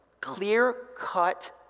clear-cut